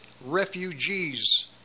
refugees